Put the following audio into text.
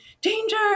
danger